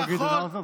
זה לא גדעון האוזר,